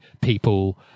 people